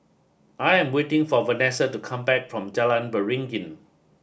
I am waiting for Vanesa to come back from Jalan Beringin